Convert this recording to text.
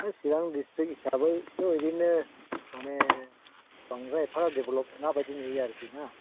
चिरां district हिसाबैथ' ओरैनो माने बांद्राय एफा देभेल'प नङा बायदि नुयो आरोखि ना